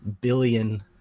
billion